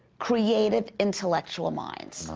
creative, intellectual mind.